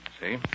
See